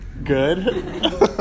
Good